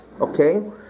Okay